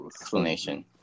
explanation